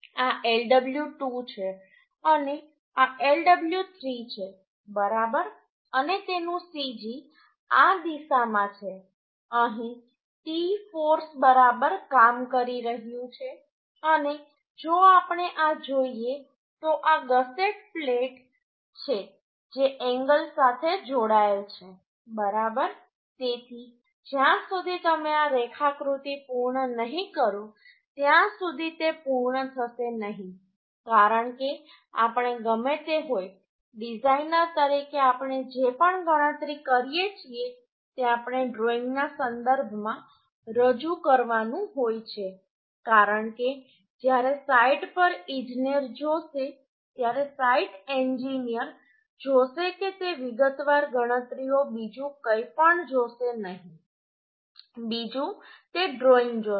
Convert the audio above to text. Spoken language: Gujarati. આ Lw2 છે અને આ Lw3 છે બરાબર અને તેનું cg આ દિશામાં છે અહીં T ફોર્સ બરાબર કામ કરી રહ્યું છે અને જો આપણે આ જોઈએ તો આ ગસેટ પ્લેટ છે જે એન્ગલ સાથે જોડાયેલ છે બરાબર તેથી જ્યાં સુધી તમે આ રેખાકૃતિ પૂર્ણ નહીં કરો ત્યાં સુધી તે પૂર્ણ થશે નહીં કારણ કે આપણે ગમે તે હોય ડિઝાઇનર તરીકે આપણે જે પણ ગણતરી કરીએ છીએ તે આપણે ડ્રોઇંગના સંદર્ભમાં રજૂ કરવાનું હોય છે કારણ કે જ્યારે સાઇટ પર ઇજનેર જોશે ત્યારે સાઇટ એન્જિનિયર જોશે કે તે વિગતવાર ગણતરીઓ બીજું કંઈપણ જોશે નહીં બીજું તે ડ્રોઇંગ જોશે